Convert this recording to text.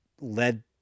led